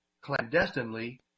clandestinely